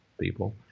people